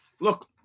look